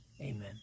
Amen